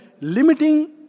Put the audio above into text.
limiting